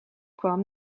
kwam